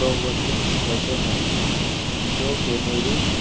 provoking ہوتے ہیں جو کہ میری